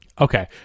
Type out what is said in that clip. Okay